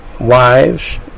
Wives